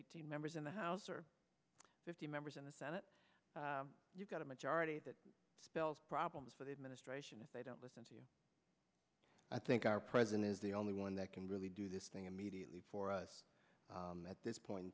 eighteen members in the house or fifty members in the senate you've got a majority that spells problems for the administration if they don't listen to you i think our president is the only one that can really do this thing immediately for us at this point in